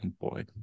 Boy